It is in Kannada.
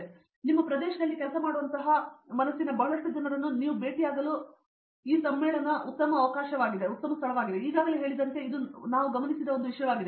ಹಾಗಾಗಿ ನಿಮ್ಮ ಪ್ರದೇಶದಲ್ಲಿ ಕೆಲಸ ಮಾಡುವಂತಹ ಮನಸ್ಸಿನ ಬಹಳಷ್ಟು ಜನರನ್ನು ನೀವು ಭೇಟಿಯಾಗಲು ಈಗಾಗಲೇ ಹೇಳಿದಂತೆ ನಾನು ಗಮನಿಸಿದ ಒಂದು ವಿಷಯವಾಗಿದೆ